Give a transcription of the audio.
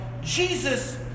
Jesus